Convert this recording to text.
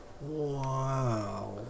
Wow